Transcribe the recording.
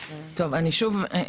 שוב.